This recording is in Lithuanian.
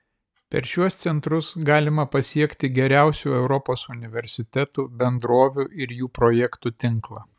per šiuos centrus galima pasiekti geriausių europos universitetų bendrovių ir jų projektų tinklą